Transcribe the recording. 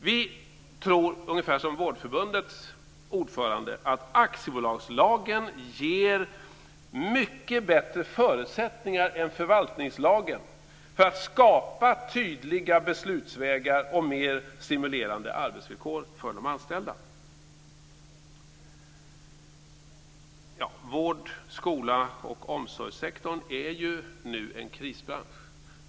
Vi tror, ungefär som Vårdförbundets ordförande, att aktiebolagslagen ger mycket bättre förutsättningar än förvaltningslagen för att skapa tydliga beslutsvägar och mer stimulerande arbetsvillkor för de anställda. Sektorn för vård, skola och omsorg är nu en krisbransch.